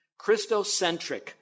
Christocentric